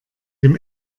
dem